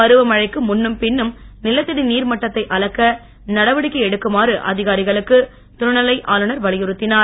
பருவமழைக்கு முன்னும் பின்னும் நிலத்தடி நீர் மட்டத்தை அளக்க நடவடிக்கை எடுக்குமாறு அதிகாரிகளுக்கு துணைநிலை ஆளுநர் வலியுறுத்தினார்